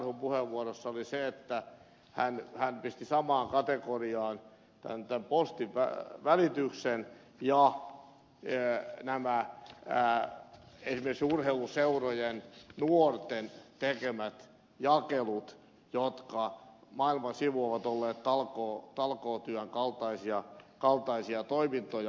karhun puheenvuorossa on se että hän pisti samaan kategoriaan tämän postin välityksen ja esimerkiksi urheiluseurojen nuorten tekemät jakelut jotka maailman sivu ovat olleet talkootyön kaltaisia toimintoja